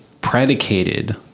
predicated